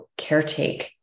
caretake